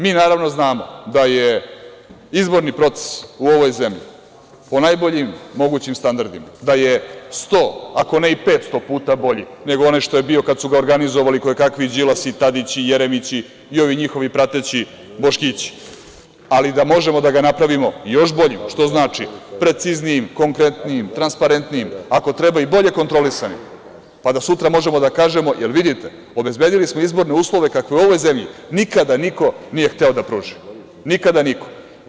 Mi naravno znamo da je izborni proces u ovoj zemlji po najboljim mogućim standardima, da je sto, ako ne i 500 puta bolji nego onaj što je bio kada su ga organizovali kojekakvi Đilasi, Tadići, Jeremići i ovi njihovi prateći „boškići“, ali da možemo da ga napravimo još boljim, što znači preciznijim, konkretnijim, transparentnijim, ako treba i bolje kontrolisanim, pa da sutra možemo da kažemo – vidite, obezbedili smo izborne uslove kakve u ovoj zemlji nikada niko nije hteo da pruži, nikada niko.